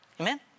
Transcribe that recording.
Amen